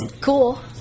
cool